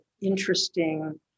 interesting